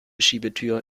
schiebetür